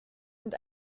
und